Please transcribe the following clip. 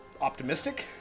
optimistic